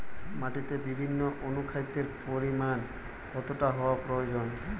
মাটিতে বিভিন্ন অনুখাদ্যের পরিমাণ কতটা হওয়া প্রয়োজন?